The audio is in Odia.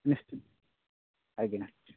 ନିଶ୍ଚିନ୍ତ ଆଜ୍ଞା